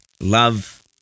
Love